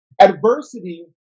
Adversity